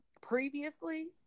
previously